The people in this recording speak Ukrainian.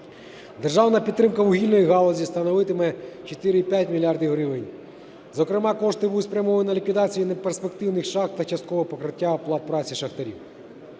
Державна підтримка вугільної галузі становитиме 4,5 мільярда гривень. Зокрема, кошти будуть спрямовані на ліквідацію не перспективних шахт та часткового покриття оплат праці шахтарів.